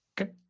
Okay